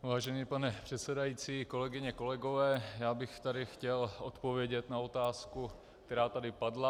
Vážený pane předsedající, kolegyně, kolegové, já bych tady chtěl odpovědět na otázku, která tady padla.